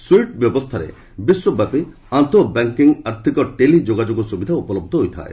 ସୁଇପ୍ନ ବ୍ୟବସ୍ଥାରେ ବିଶ୍ୱ ବ୍ୟାପି ଆନ୍ତଃ ବ୍ୟାଙ୍କ୍ ଆର୍ଥକ ଟେଲି ଯୋଗାଯୋଗ ସୁବିଧା ଉପଲବ୍ଧ ହୋଇଥାଏ